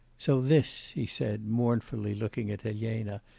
so this he said, mournfully looking at elena,